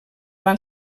van